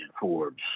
Forbes